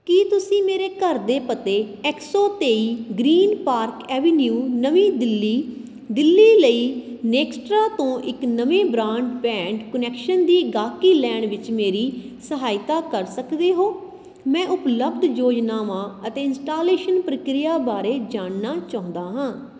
ਕੀ ਤੁਸੀਂ ਮੇਰੇ ਘਰ ਦੇ ਪਤੇ ਇੱਕ ਸੌ ਤੇਈ ਗ੍ਰੀਨ ਪਾਰਕ ਐਵੇਨਿਊ ਨਵੀਂ ਦਿੱਲੀ ਦਿੱਲੀ ਲਈ ਨੇਕਸਟਰਾ ਤੋਂ ਇੱਕ ਨਵੇਂ ਬ੍ਰਾਡਬੈਂਡ ਕੁਨੈਕਸ਼ਨ ਦੀ ਗਾਹਕੀ ਲੈਣ ਵਿੱਚ ਮੇਰੀ ਸਹਾਇਤਾ ਕਰ ਸਕਦੇ ਹੋ ਮੈਂ ਉਪਲੱਬਧ ਯੋਜਨਾਵਾਂ ਅਤੇ ਇੰਸਟਾਲੇਸ਼ਨ ਪ੍ਰਕਿਰਿਆ ਬਾਰੇ ਜਾਣਨਾ ਚਾਹੁੰਦਾ ਹਾਂ